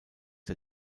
der